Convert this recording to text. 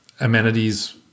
amenities